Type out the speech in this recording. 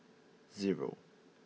zero